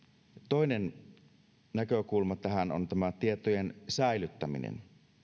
toinen näkökulma tähän on tämä tietojen säilyttäminen